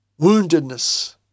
woundedness